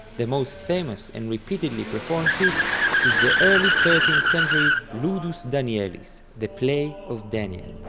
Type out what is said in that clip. the most famous and repeatedly performed piece is the early thirteenth century ludus danielis, the play of daniel.